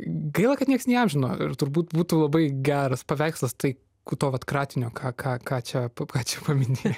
gaila kad niekas neiamžino ir turbūt būtų labai geras paveikslas tai kratinio ką ką ką čia po ką čia paminėti